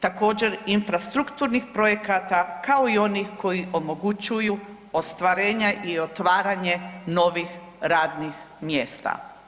Također infrastrukturnih projekata, kao i onih koji omogućuju ostvarenja i otvaranje novih radnih mjesta.